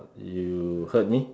you heard me